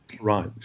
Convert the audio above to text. Right